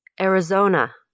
Arizona